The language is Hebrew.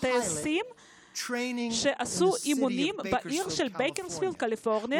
טייסים ישראלים שהתאמנו בעיר בייקרספילד בקליפורניה,